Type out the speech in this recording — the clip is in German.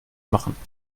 machen